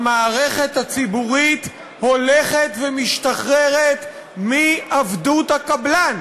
המערכת הציבורית הולכת ומשתחררת מעבדות הקבלן.